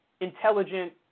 intelligent